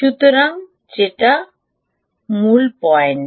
সুতরাং যে মূল পয়েন্ট